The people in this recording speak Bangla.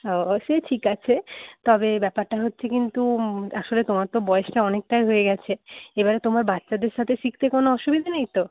ও সে ঠিক আছে তবে ব্যাপারটা হচ্ছে কিন্তু আসলে তোমার তো বয়সটা অনেকটাই হয়ে গেছে এবারে তোমার বাচ্চাদের সাথে শিখতে কোনও অসুবিধে নেই তো